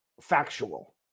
factual